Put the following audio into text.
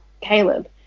Caleb